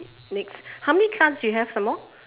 next how many cards do you have some more